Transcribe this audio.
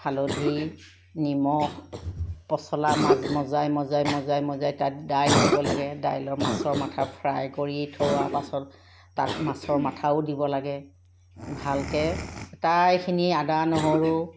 হালধি নিমখ পচলা মাজ মজাই মজাই মজাই মজাই তাত দাইল দিব লাগে দাইলৰ মাছৰ মাথা ফ্ৰাই কৰি থোৱাৰ পাছত তাত মাছৰ মাথাও দিব লাগে ভালকৈ আটাইখিনি আদা নহৰু